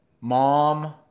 mom